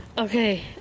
Okay